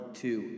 two